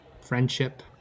friendship